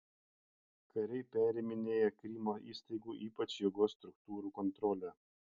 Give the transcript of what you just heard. kariai periminėja krymo įstaigų ypač jėgos struktūrų kontrolę